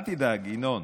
אל תדאג, ינון.